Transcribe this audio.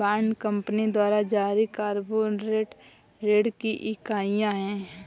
bond company द्वारा जारी corporate ऋण की इकाइयां हैं